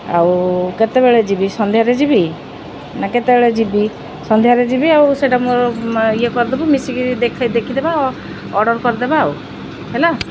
ଆଉ କେତେବେଳେ ଯିବି ସନ୍ଧ୍ୟାରେ ଯିବି ନା କେତେବେଳେ ଯିବି ସନ୍ଧ୍ୟାରେ ଯିବି ଆଉ ସେଇଟା ମୋର ଇଏ କରିଦେବୁ ମିଶିକରି ଦେଖ ଦେଖିଦେବା ଅର୍ଡ଼ର କରିଦେବା ଆଉ ହେଲା